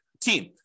team